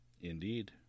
Indeed